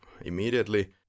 immediately